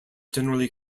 generally